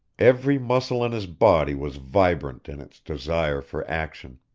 every muscle in his body was vibrant in its desire for action.